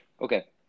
Okay